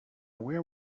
where